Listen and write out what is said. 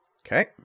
Okay